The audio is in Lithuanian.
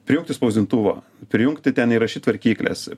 prijungti spausdintuvą prijungti ten įrašyt tvarkykles